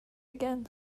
again